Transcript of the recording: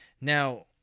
Now